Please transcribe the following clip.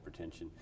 hypertension